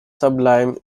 sublime